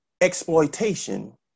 exploitation